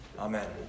Amen